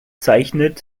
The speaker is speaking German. zeichnet